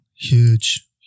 Huge